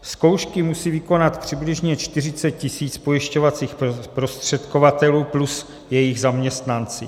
Zkoušky musí vykonat přibližně 40 tisíc pojišťovacích zprostředkovatelů plus jejich zaměstnanci.